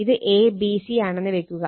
ഇത് A B C ആണെന്ന് വെക്കുക